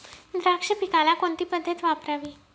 द्राक्ष पिकाला कोणती पद्धत वापरावी?